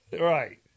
right